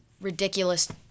ridiculous